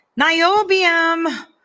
niobium